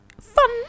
fun